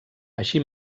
així